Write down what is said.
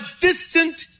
distant